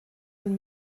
den